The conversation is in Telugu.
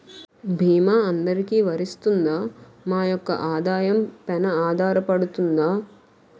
భీమా అందరికీ వరిస్తుందా? మా యెక్క ఆదాయం పెన ఆధారపడుతుందా?